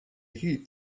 heat